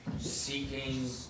seeking